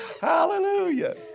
Hallelujah